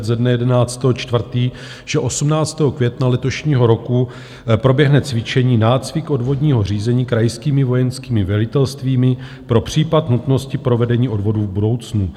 ze dne 11. 4., že 18. května letošního roku proběhne cvičení nácvik odvodního řízení krajskými vojenskými velitelstvími pro případ nutnosti provedení odvodů v budoucnu.